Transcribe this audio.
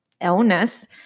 illness